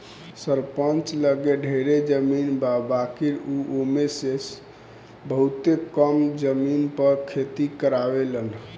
सरपंच लगे ढेरे जमीन बा बाकिर उ ओमे में से बहुते कम जमीन पर खेती करावेलन